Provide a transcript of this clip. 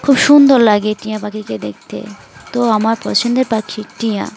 খুব সুন্দর লাগে টিয়া পাখিকে দেখতে তো আমার পছন্দের পাখি টিয়া